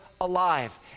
alive